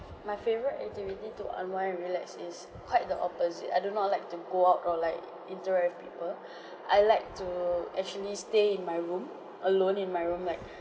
my favourite activity to unwind and relax is quite the opposite I do not like to go out or like interact with people I like to actually stay in my room alone in my room like